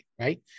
right